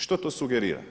Što to sugerira?